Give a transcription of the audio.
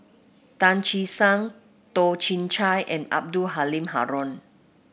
Tan Che Sang Toh Chin Chye and Abdul Halim Haron